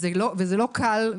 זה לא קל,